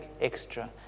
extra